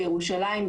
בירושלים,